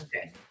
Okay